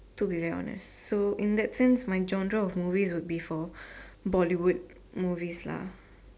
to be very honest so in that sense my genre of movies would be for Bollywood movies lah